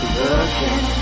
looking